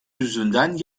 yüzünden